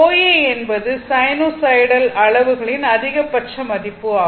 OA என்பது sinusoidal அளவுகளின் அதிகபட்ச மதிப்பு ஆகும்